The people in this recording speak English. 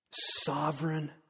sovereign